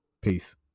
Peace